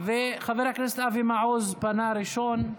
חבר הכנסת אבי מעוז פנה ראשון,